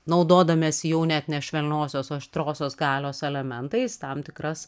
naudodamiesi jau net ne švelniosios o aštriosios galios elementais tam tikras